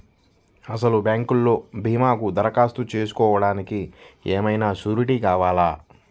అసలు బ్యాంక్లో భీమాకు దరఖాస్తు చేసుకోవడానికి ఏమయినా సూరీటీ కావాలా?